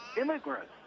immigrants